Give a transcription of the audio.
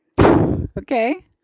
Okay